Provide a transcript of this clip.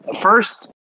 first